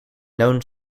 known